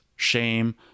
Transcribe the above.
shame